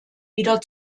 wieder